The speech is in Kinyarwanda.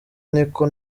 niko